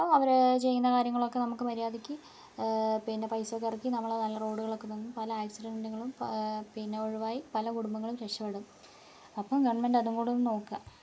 അപ്പോൾ അവർ ചെയ്യുന്ന കാര്യങ്ങളൊക്കെ നമുക്ക് മര്യാദയ്ക്ക് പിന്നെ പൈസയൊക്കെ ഇറക്കി നമ്മൾ നല്ല റോഡുകളൊക്കെ പല ആക്സിഡൻറ്റുകളും ഒഴിവായി പല കുടുംബങ്ങളും രക്ഷപ്പെടും അപ്പം ഗവൺമെൻറ്റ് അതും കൂടെ ഒന്ന് നോക്കുക